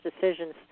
decisions